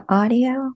audio